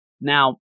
Now